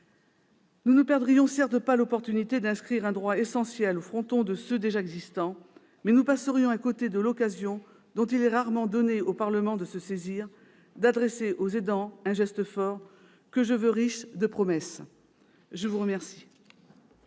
Nous ne perdrions certes pas l'occasion d'inscrire un droit essentiel au côté de ceux qui existent déjà, mais nous passerions à côté de celle, dont il est rarement donné au Parlement de se saisir, d'adresser aux aidants un geste fort, que je veux riche de promesses. La parole